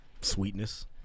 Sweetness